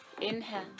inhale